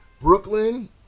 Brooklyn